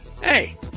hey